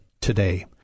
today